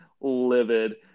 livid